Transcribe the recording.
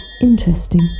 Interesting